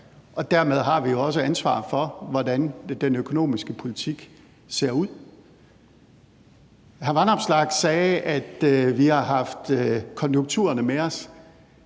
og dermed har vi også ansvaret for, hvordan den økonomiske politik ser ud. Hr. Alex Vanopslagh sagde, at vi har haft konjunkturerne med os.